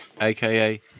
aka